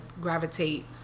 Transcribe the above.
gravitate